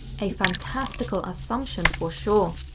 a fantastical assumption for sure,